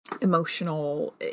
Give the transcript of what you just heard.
emotional